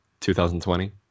2020